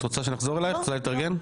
את רוצה שנחזור אליך עד שתתארגני?